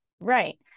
Right